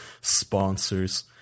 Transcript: sponsors